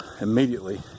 immediately